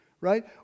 right